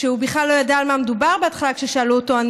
שהוא בכלל לא ידע על מה מדובר בהתחלה כששאלו אותו,